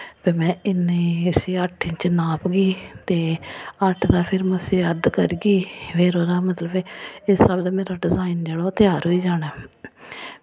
भाई में इन्नी इस्सी अट्ठ इंच नापगी ते अट्ठ दा फिर में उस्सी अद्ध करगी फिर ओह्दा मतलब एह् इस स्हाब दा मेरा डिजाइन जेह्ड़ा ऐ ओह् त्यार होई जाना ऐ